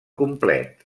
complet